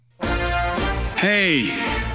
Hey